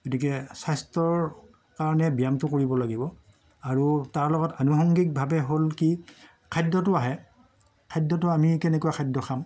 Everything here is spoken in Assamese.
গতিকে স্বাস্থ্যৰ কাৰণে ব্যায়ামটো কৰিব লাগিব আৰু তাৰ লগত আনুসংগিকভাৱে হ'ল কি খাদ্যটো আহে খাদ্যটো আমি কেনেকুৱা খাদ্য খাম